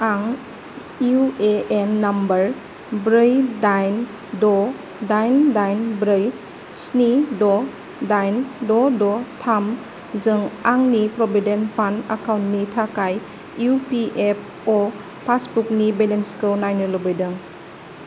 आं इउ ए एन नम्बर ब्रै दाइन द' दाइन दाइन ब्रै स्नि द' दाइन द' द' थाम जों आंनि प्रविदेन्ट फान्द एकाउन्टनि थाखाय इ पि एफ अ' पासबुकनि बेलेन्सखौ नायनो लुबैदों